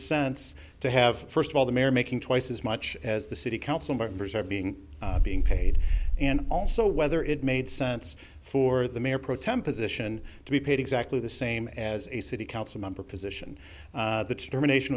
sense to have first of all the mayor making twice as much as the city council members or being being paid and also whether it made sense for the mayor pro tem position to be paid exactly the same as a city council member position the